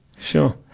sure